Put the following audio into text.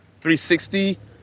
360